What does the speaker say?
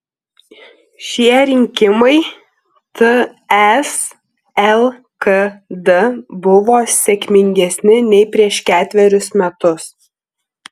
šie rinkimai ts lkd buvo sėkmingesni nei prieš ketverius metus